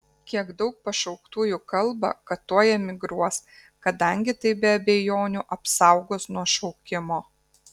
kiek daug pašauktųjų kalba kad tuoj emigruos kadangi tai be abejonių apsaugos nuo šaukimo